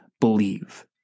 believe